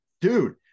Dude